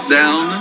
down